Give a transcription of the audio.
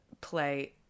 play